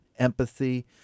empathy